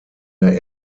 der